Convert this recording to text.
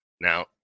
Now